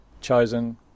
chosen